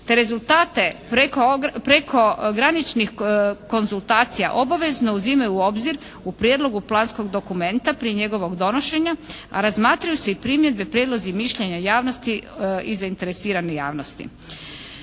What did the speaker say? te rezultate prekograničnih konzultacija obavezno uzimaju u obzir u prijedlogu planskog dokumenta prije njegovog donošenja, a razmatraju se i primjedbe, prijedlozi i mišljenja javnosti i zainteresirane javnosti.